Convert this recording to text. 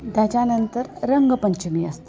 त्याच्यानंतर रंगपंचमी असते